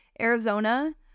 Arizona